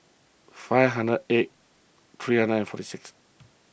five hundred eight three hundred and forty six